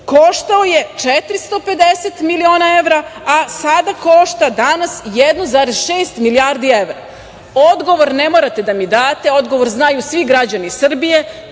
koštao je 450 miliona evra, a sada košta, danas, 1,6 milijardi evra. Odgovor ne morate da mi date, odgovor znaju svi građani Srbije.